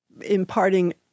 imparting